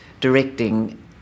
directing